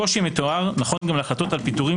הקושי המתואר נכון גם להחלטות על פיטוריהם